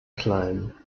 klein